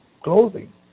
clothing